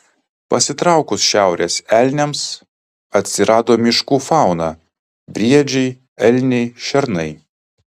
pasitraukus šiaurės elniams atsirado miškų fauna briedžiai elniai šernai